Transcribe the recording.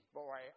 boy